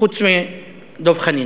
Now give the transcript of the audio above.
חוץ מדב חנין